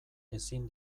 ezin